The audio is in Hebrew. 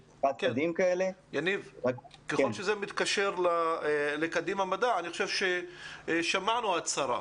ככל שזה מתקשר לקדימה מדע, אני חושב ששמענו הצהרה.